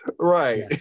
right